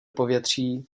povětří